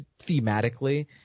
thematically